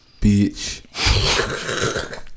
Bitch